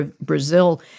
Brazil